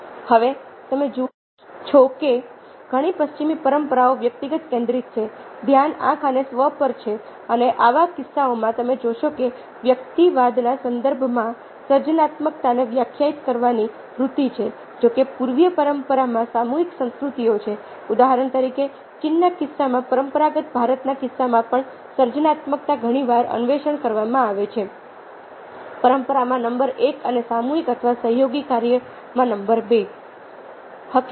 હવે તમે જુઓ છો કે ઘણી પશ્ચિમી પરંપરાઓ વ્યક્તિગત કેન્દ્રિત છે ધ્યાન આંખ અને સ્વ પર છે અને આવા કિસ્સાઓમાં તમે જોશો કે વ્યક્તિવાદના સંદર્ભમાં સર્જનાત્મકતાને વ્યાખ્યાયિત કરવાની વૃત્તિ છે જો કે પૂર્વીય પરંપરામાં સામૂહિક સંસ્કૃતિઓ છે ઉદાહરણ તરીકે ચીનના કિસ્સામાં પરંપરાગત ભારતના કિસ્સામાં પણ સર્જનાત્મકતા ઘણી વાર અન્વેષણ કરવામાં આવે છે પરંપરામાં નંબર 1 અને સામૂહિક અથવા સહયોગી કાર્યમાં નંબર 2